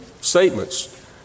statements